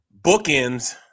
bookends